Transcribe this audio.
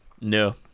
No